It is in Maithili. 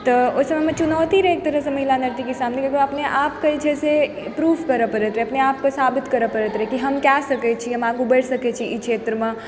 तऽ ओहि समयमे चुनौती रहै एक तरहसँ महिला लड़कीके सामने अपने आपके जे छै प्रूफ करै पड़ैत रहै अपना आपके साबित करै पड़ैत रहै कि हम कऽ सकै छी आगू बढ़ि सकैत छी ई क्षेत्रमे